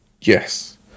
Yes